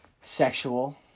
Sexual